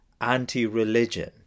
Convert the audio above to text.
anti-religion